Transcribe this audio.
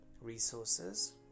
resources